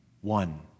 One